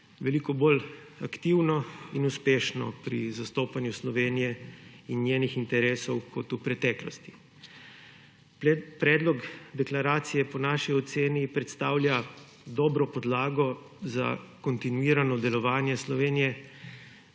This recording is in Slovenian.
veliko bolj aktivno in uspešno pri zastopanju Slovenije in njenih interesov kot v preteklosti. Predlog deklaracije po naši oceni predstavlja dobro podlago za kontinuirano delovanje Slovenije